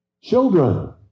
children